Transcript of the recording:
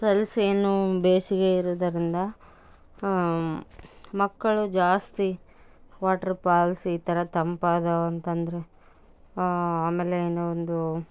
cells ಏನು ಬೇಸಿಗೆ ಇರುದರಿಂದ ಮಕ್ಕಳು ಜಾಸ್ತಿ ವಾಟ್ರ್ ಪಾಲ್ಸ್ ಈ ಥರ ತಂಪಾದವು ಅಂತಂದರೆ ಆಮೇಲೆ ಏನು ಒಂದು